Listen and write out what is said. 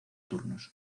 turnos